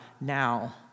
now